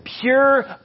pure